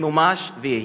ימומש ויהיה.